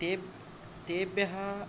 तेब् तेभ्यः